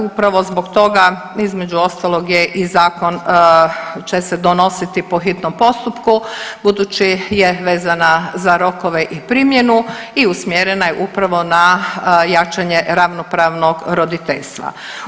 Upravo zbog toga između ostalog je i zakon će se donositi po hitnom postupku budući je vezana za rokove i primjenu i umjerena je upravo na jačanje ravnopravnog roditeljstva.